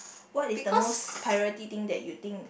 what is the most priority thing that you think